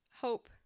hope